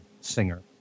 singer